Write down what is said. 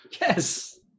Yes